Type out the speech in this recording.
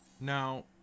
Now